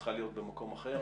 היא צריכה להיות במקום אחר.